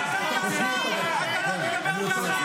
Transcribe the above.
אתה ------ אתה לא תדבר ככה.